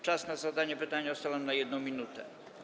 Czas na zadanie pytania ustalam na 1 minutę.